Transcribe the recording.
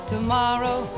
tomorrow